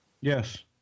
Yes